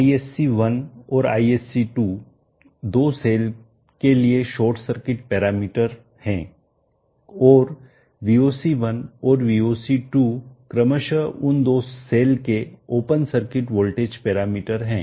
ISC1 और ISC2 दो cell के लिए शॉर्ट सर्किट पैरामीटर हैं और VOC1 और VOC2 क्रमशः उन दो सेल के ओपन सर्किट वोल्टेज पैरामीटर हैं